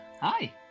Hi